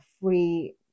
free